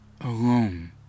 alone